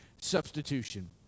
substitution